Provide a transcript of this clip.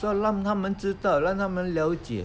所以让他们知道让他们了解